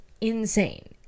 insane